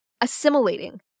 Assimilating